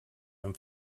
amb